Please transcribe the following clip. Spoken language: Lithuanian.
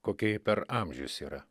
kokia ji per amžius yra